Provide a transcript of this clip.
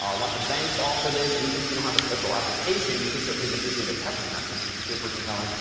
ah lots of banks offer this. and even if you don't have a special application you can certainly just receive a text message, which is super compelling.